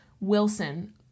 Wilson